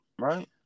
right